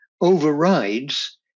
overrides